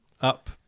up